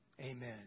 Amen